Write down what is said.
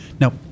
Now